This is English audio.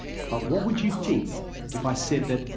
but what would you think if i said that,